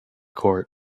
court